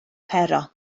pero